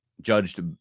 judged